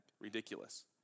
ridiculous